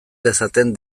dezaten